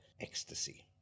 ecstasy